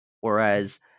whereas